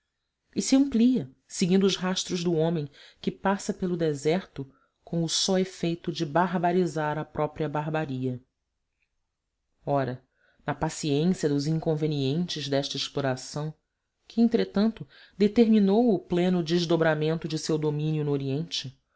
e se amplia seguindo os rastros do homem que passa pelo deserto com o só efeito de barbarizar a própria barbaria ora na presciência dos inconvenientes desta exploração que entretanto determinou o pleno desdobramento de seu domínio no oriente